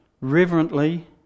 reverently